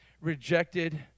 rejected